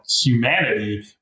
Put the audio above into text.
humanity